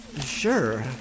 Sure